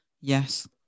yes